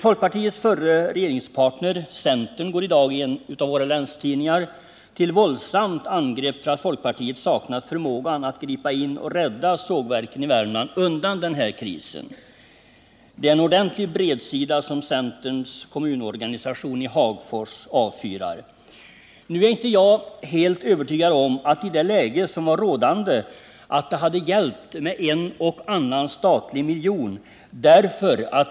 Folkpartiets förre regeringspartner, centern, går i dag i en av våra länstidningar till ett våldsamt angrepp mot folkpartiet, därför att folkpartiet saknar förmåga att gripa in och rädda sågverken i Värmland undan den här krisen. Det är en ordentlig bredsida som centerns kommunorganisation i Hagfors avfyrar. Nu är jag inte helt övertygad om att det i det rådande läget hade hjälpt med en och annan statlig miljon.